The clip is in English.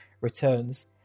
returns